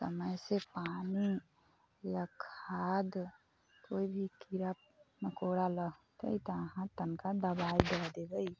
समय से पानि या खाद कोइभी कीड़ा मकोड़ा लगतै तऽ अहाँ तनिका दवाइ दए देबै